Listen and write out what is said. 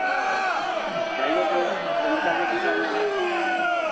हाँ पहले तो चंडिका देवी जाना है